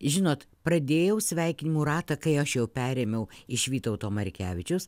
žinot pradėjau sveikinimų ratą kai aš jau perėmiau iš vytauto markevičius